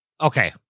okay